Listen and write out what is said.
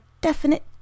definite